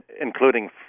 including